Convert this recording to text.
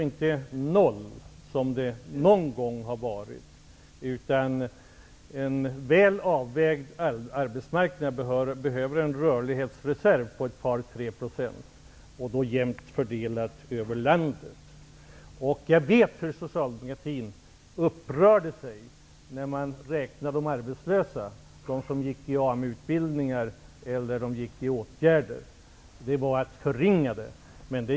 Men antalet har väl aldrig varit noll. En väl avvägd arbetsmarknad behöver en rörlighetsreserv på 2-- Socialdemokratin upprördes över att även de som gick i AMU-utbildning eller omfattades av andra åtgärder togs med när de arbetslösa räknades.